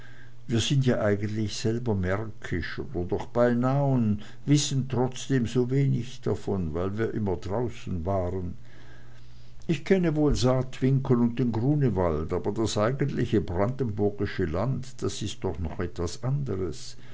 wir sind ja eigentlich selber märkisch oder doch beinah und wissen trotzdem sowenig davon weil wir immer draußen waren ich kenne wohl saatwinkel und den grunewald aber das eigentliche brandenburgische land das ist doch noch etwas andres